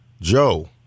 Joe